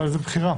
אבל כשיסגרו